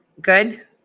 Good